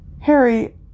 Harry